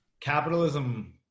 capitalism